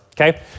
Okay